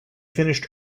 finished